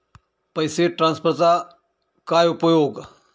पैसे ट्रान्सफरचा काय उपयोग?